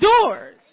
doors